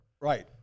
right